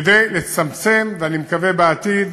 כדי לצמצם, ואני מקווה בעתיד